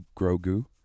Grogu